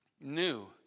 New